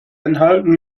enthalten